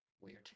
weird